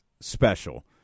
special